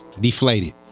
Deflated